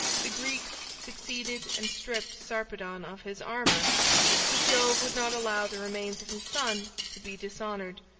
the greeks succeeded and stripped sarpedon of his armor but jove would not allow the remains of his son to be dishonored,